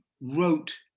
wrote